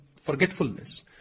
forgetfulness